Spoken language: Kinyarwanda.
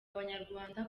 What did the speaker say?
abanyarwanda